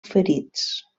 ferits